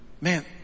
Man